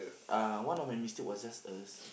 uh one of my mistake was just a